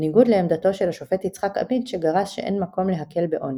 בניגוד לעמדתו של השופט יצחק עמית שגרס שאין מקום להקל בעונש.